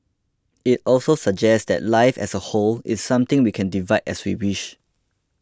it also suggests that life as a whole is something we can divide as we wish